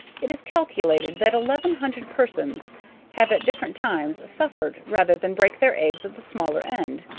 it is calculated that eleven hundred persons have at different times suffered rather than break their eggs at the smaller end.